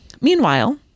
Meanwhile